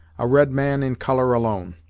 a red man in colour alone.